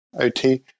OT